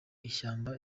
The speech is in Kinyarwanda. ishyamba